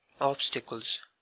Obstacles